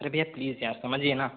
अरे भैया प्लीज़ यार समझिए ना